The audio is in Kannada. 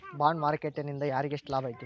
ಬಾಂಡ್ ಮಾರ್ಕೆಟ್ ನಿಂದಾ ಯಾರಿಗ್ಯೆಷ್ಟ್ ಲಾಭೈತಿ?